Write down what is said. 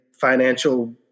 financial